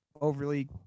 overly